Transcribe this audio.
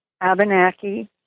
Abenaki